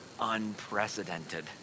unprecedented